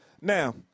Now